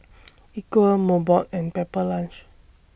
Equal Mobot and Pepper Lunch